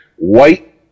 white